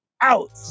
out